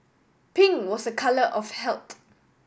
pink was a colour of health